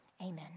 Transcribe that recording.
Amen